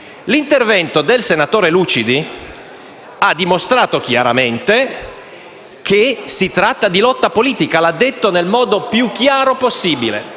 L'intervento del senatore Lucidi ha dimostrato chiaramente che si tratta di lotta politica, l'ha detto nel modo più chiaro possibile.